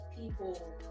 people